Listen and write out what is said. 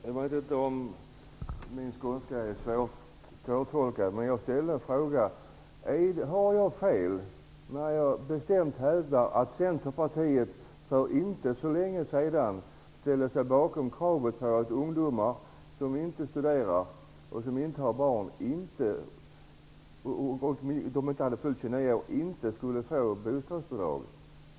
Herr talman! Min skånska är kanske svårtolkad. Jag frågade faktiskt: Har jag fel när jag bestämt hävdar att Centerpartiet för inte så länge sedan ställde sig bakom kravet på att ungdomar under 29 år som inte studerar och som inte har barn inte skulle få bostadsbidrag?